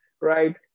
right